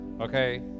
Okay